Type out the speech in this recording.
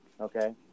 Okay